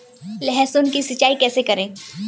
लहसुन की सिंचाई कैसे करें?